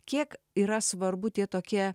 kiek yra svarbu tie tokie